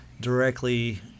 directly